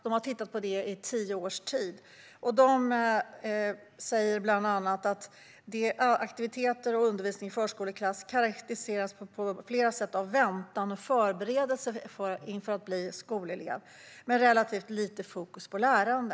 De har tittat på detta i tio års tid, och de säger bland annat att aktiviteter och undervisning i förskoleklass på flera sätt karaktäriseras av väntan och förberedelser inför att bli skolelev men med relativt lite fokus på lärande.